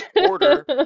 order